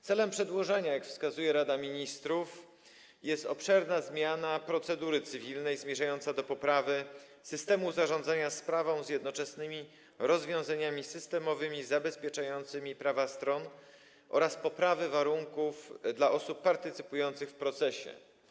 Celem przedłożenia, jak wskazuje Rada Ministrów, jest obszerna zmiana procedury cywilnej zmierzająca do poprawy systemu zarządzania sprawą z jednoczesnymi rozwiązaniami systemowymi zabezpieczającymi prawa stron oraz poprawy warunków dla osób partycypujących w procesie.